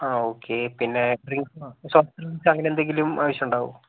ആ ഓക്കേ പിന്നേ drinks soft drinks അങ്ങനെന്തെങ്കിലും ആവശ്യമുണ്ടാകുമൊ